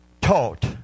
taught